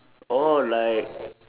oh like